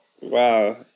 Wow